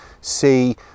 see